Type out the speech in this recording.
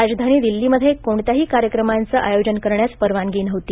राजधानी दिल्लीमध्ये कोणत्याही कार्यक्रमांचं आयोजन करण्यास परवानगी नव्हती